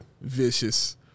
Vicious